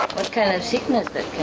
what kind of sickness that